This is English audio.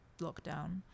lockdown